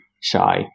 shy